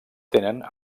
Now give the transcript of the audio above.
tenen